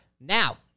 Now